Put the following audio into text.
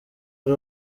ari